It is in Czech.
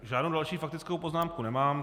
Žádnou další faktickou poznámku nemám.